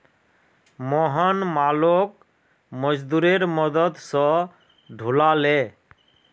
मोहन मालोक मजदूरेर मदद स ढूला ले